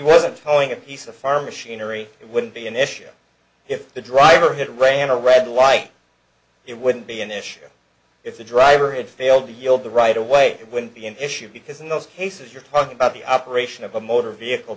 wasn't towing a piece of farm machinery it wouldn't be an issue if the driver had ray in a red light it wouldn't be an issue if the driver had failed to yield the right away it wouldn't be an issue because in those cases you're talking about the operation of a motor vehicle